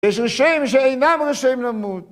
יש רשעים שאינם רשאים למות